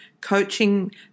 coaching